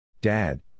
Dad